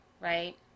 right